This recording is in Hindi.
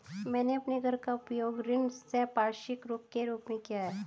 मैंने अपने घर का उपयोग ऋण संपार्श्विक के रूप में किया है